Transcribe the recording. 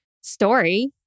story